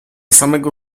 samego